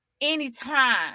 anytime